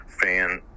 fan